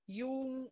yung